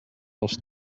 pels